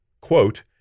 quote